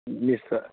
নি নিশ্চয়